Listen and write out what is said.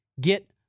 Get